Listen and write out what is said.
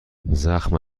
زخم